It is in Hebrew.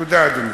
תודה, אדוני.